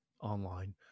online